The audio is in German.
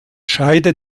scheide